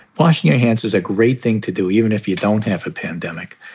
washing your hands is a great thing to do, even if you don't have a pandemic.